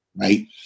Right